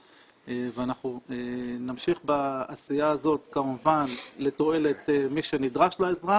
ואנחנו נמשיך בעשייה הזאת כמובן לתועלת מי שנדרש לעזרה